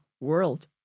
world